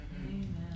Amen